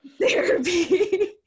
therapy